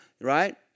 right